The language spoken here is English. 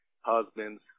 husbands